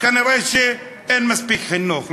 כנראה אין מספיק חינוך.